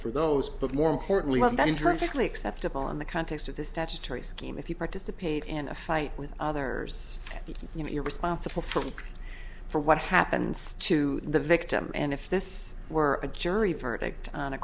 for those but more importantly one that is dramatically acceptable in the context of the statutory scheme if you participate in a fight with others you know you're responsible for for what happens to the victim and if this were a jury verdict on a